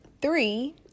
three